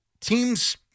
teams